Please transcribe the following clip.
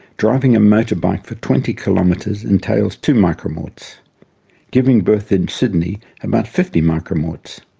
driving a motor bike for twenty kilometres entails two micromorts giving birth in sydney about fifty micromorts.